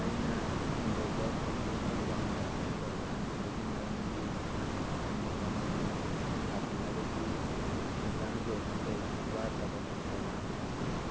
ꯑꯩꯅ ꯍꯤꯡꯒꯣꯜꯗ ꯀꯨꯕꯤꯒꯨꯝꯕ ꯍꯪꯒꯥꯝꯒꯨꯝꯕ ꯊꯥꯅꯤꯡꯕꯒꯤ ꯃꯔꯝꯗꯤ ꯃꯇꯝ ꯃꯇꯝꯒꯤ ꯊꯥꯖꯤꯜꯂꯒꯗꯤ ꯍꯤꯟꯖꯥꯡꯇ ꯑꯣꯏꯔꯁꯨ ꯀꯩ ꯋꯥꯠꯇꯕ ꯈꯣꯠꯇꯕ ꯑꯃꯗꯤ